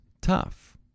tough